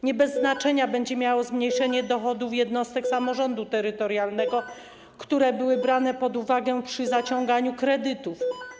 Nie bez znaczenia będzie tu zmniejszenie dochodów jednostek samorządu terytorialnego, które to dochody były brane pod uwagę przy zaciąganiu kredytów.